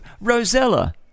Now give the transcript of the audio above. Rosella